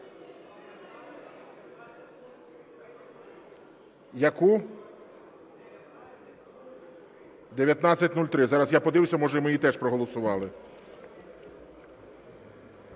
Яку? 1903. Зараз я подивлюся, може, ми її теж проголосували.